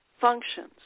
functions